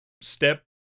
step